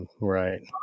right